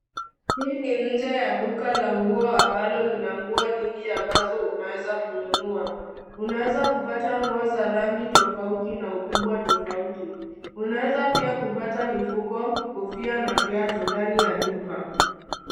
Hii ni nje ya duka la nguo ambalo lina nguo nyingi ambazo unaweza kununua. Unaweza kupata nguo za rangi tofauti na ukubwa tofauti. Unaweza pia kupata mifuko, kofia na viatu ndani ya duka.